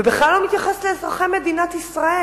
ובכלל לא מתייחס לאזרחי מדינת ישראל.